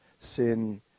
sin